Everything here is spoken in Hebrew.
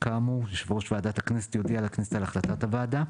כאמור יושב ראש ועדת הכנסת יודיע לכנסת על החלטת הוועדה.